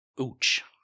Ouch